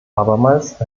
abermals